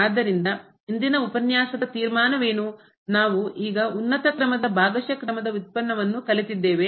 ಆದ್ದರಿಂದ ಇಂದಿನ ಉಪನ್ಯಾಸದ ತೀರ್ಮಾನವೇನು ನಾವು ಈಗ ಉನ್ನತ ಕ್ರಮದ ಭಾಗಶಃ ಕ್ರಮದ ವ್ಯುತ್ಪನ್ನವನ್ನು ಕಲಿತಿದ್ದೇವೆ